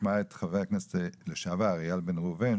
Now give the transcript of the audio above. נשמע את חבר הכנסת לשעבר אייל בן ראובן,